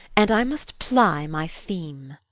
and i must ply my theme.